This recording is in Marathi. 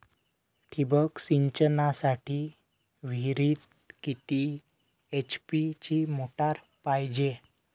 ठिबक सिंचनासाठी विहिरीत किती एच.पी ची मोटार पायजे?